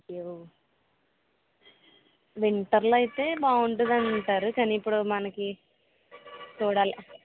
అయ్యో వింటర్లో అయితే బాగుంటుందని అంటారు కానీ ఇప్పుడు మనకి చూడాలీ